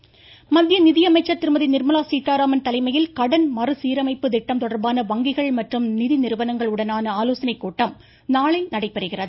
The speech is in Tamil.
நிர்மலா சீதாராமன் மத்திய நிதியமைச்சர் திருமதி நிர்மலா சீதாராமன் தலைமையில் கடன் மறுசீரமைப்பு திட்டம் தொடர்பான வங்கிகள் மற்றும் நிதி நிறுவனங்களுடனான ஆலோசனைக்கூட்டம் நாளை நடைபெறுகிறது